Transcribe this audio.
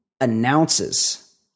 announces